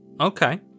Okay